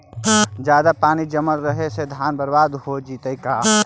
जादे पानी जमल रहे से धान बर्बाद हो जितै का?